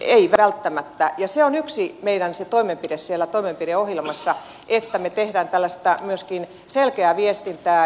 eivät välttämättä ja se on yksi meidän toimenpiteistämme siellä toimenpideohjelmassa että me teemme selkeää viestintää